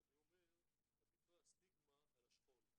ואני אומר, עדיפה הסטיגמה של השכול.